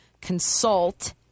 consult